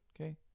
Okay